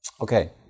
Okay